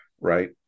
right